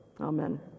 Amen